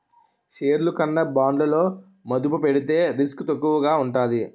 షేర్లు కన్నా బాండ్లలో మదుపు పెడితే రిస్క్ తక్కువగా ఉంటాది